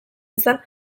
izan